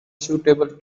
suitable